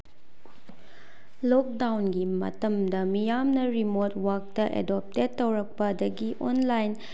ꯂꯣꯛꯗꯥꯎꯟꯒꯤ ꯃꯇꯝꯗ ꯃꯤꯌꯥꯝꯅ ꯔꯤꯃꯣꯠꯋꯥꯛꯇ ꯑꯦꯗꯣꯞꯇꯦꯠ ꯇꯧꯔꯛꯄꯗꯒꯤ ꯑꯣꯟꯂꯥꯏꯟ